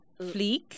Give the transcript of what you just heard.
fleek